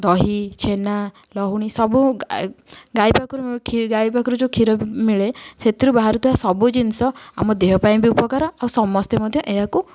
ଦହି ଛେନା ଲହୁଣୀ ସବୁ ଗାଈ ପାଖରୁ ଗାଈ ପାଖରୁ ଯେଉଁ କ୍ଷୀର ମିଳେ ସେଥିରୁ ବାହାରୁ ଥିବା ସବୁ ଜିନିଷ ଆମ ଦେହ ପାଇଁ ବି ଉପକାର ସମସ୍ତେ ମଧ୍ୟ ଏହାକୁ